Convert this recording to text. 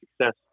success